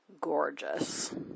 gorgeous